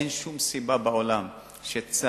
אין שום סיבה בעולם שצה"ל,